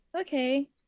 Okay